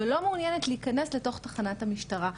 אבל לא מעוניינת להיכנס לתוך תחנת המשטרה.